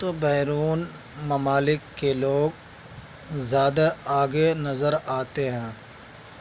تو بیرون ممالک کے لوگ زیادہ آگے نظر آتے ہیں